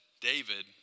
David